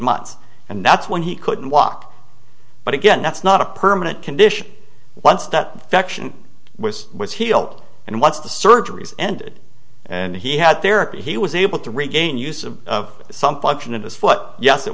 months and that's when he couldn't walk but again that's not a permanent condition once that affection was was healed and once the surgeries ended and he had therapy he was able to regain use of of some function of his foot yes it